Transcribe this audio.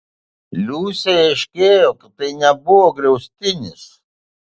liusei aiškėjo kad tai nebuvo griaustinis